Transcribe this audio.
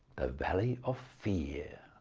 the valley of fear.